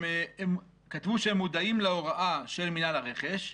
הם כתבו שהם מודעים להוראה של מינהל הרכש,